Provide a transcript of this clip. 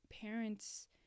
parents